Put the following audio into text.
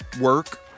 work